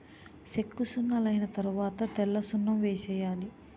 సెక్కసున్నలైన తరవాత తెల్లసున్నం వేసేయాలి